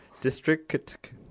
District